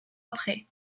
après